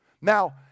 Now